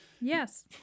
Yes